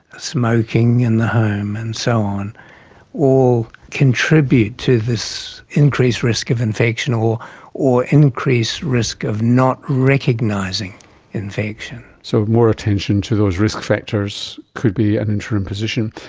smoking in the home and so on all contribute to this increased risk of infection or or increased risk of not recognising infection. so more attention to those risk factors could be an interim position.